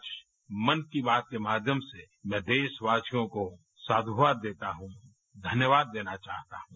आजमन की बात के माध्यम से मैं देशवासियों को साधुवाद देता हूँ धन्यवाद देना चाहता हूँ